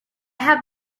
have